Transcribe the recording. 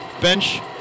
bench